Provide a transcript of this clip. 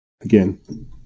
again